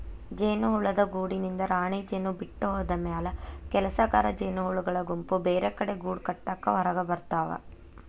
ಜೇನುಹುಳದ ಗೂಡಿನಿಂದ ರಾಣಿಜೇನು ಬಿಟ್ಟ ಹೋದಮ್ಯಾಲೆ ಕೆಲಸಗಾರ ಜೇನಹುಳಗಳ ಗುಂಪು ಬೇರೆಕಡೆ ಗೂಡಕಟ್ಟಾಕ ಹೊರಗಬರ್ತಾವ